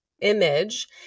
image